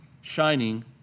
shining